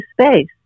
space